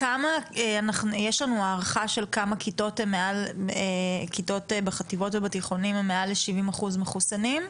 יש לנו הערכה כמה כיתות בחטיבות ובתיכונים הן מעל 70% מחוסנים?